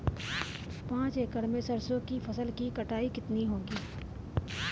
पांच एकड़ में सरसों की फसल की कटाई कितनी होगी?